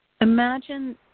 Imagine